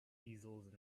easels